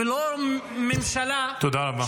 ולא ממשלה -- תודה רבה.